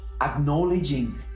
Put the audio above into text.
acknowledging